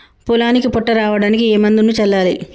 పొలానికి పొట్ట రావడానికి ఏ మందును చల్లాలి?